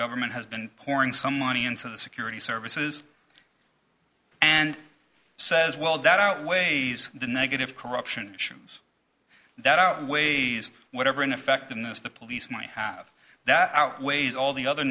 government has been pouring some money into the security services and says well that outweighs the negative corruption issues that outweighs whatever ineffectiveness the police might have that outweighs all the other